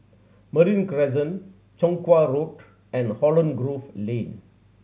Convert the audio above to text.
Marine Crescent Chong Kuo Road and Holland Grove Lane